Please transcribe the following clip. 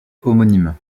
homonyme